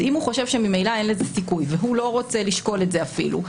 אם הוא חושב שממילא אין לזה סיכוי והוא לא רוצה לשקול את זה אפילו,